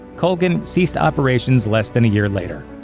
colgan ceased operations less than a year later.